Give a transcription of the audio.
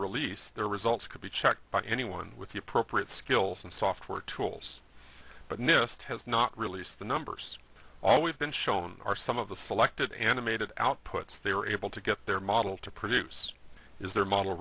released their results could be checked by anyone with the appropriate skills and software tools but nist has not released the numbers all we've been shown are some of the selected animated outputs they were able to get their model to produce is their model